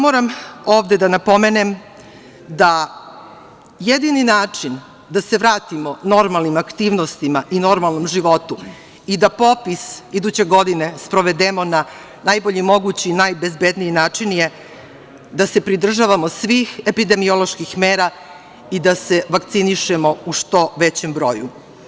Moram ovde da napomenem da jedini način da se vratimo normalnim aktivnostima i normalnom životu i da popis iduće godine sprovedemo na najbolji mogući i najbezbedniji način je da se pridržavamo svih epidemioloških mera i da se vakcinišemo u što većem broju.